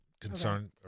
concern